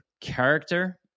character